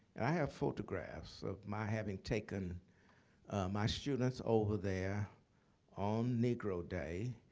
and i have photographs of my having taken my students over there on negro day.